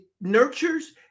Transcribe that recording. nurtures